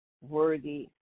worthy